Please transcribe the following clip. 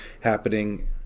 happening